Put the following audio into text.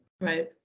Right